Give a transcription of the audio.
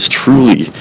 truly